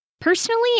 Personally